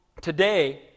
today